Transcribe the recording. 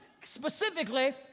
specifically